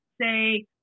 say